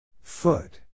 Foot